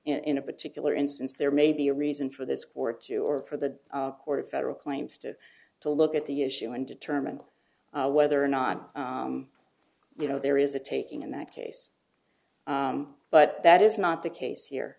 in a particular instance there may be a reason for this court to or for the court of federal claims to to look at the issue and determine whether or not you know there is a taking in that case but that is not the case